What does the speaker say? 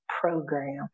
program